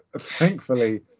Thankfully